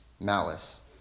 malice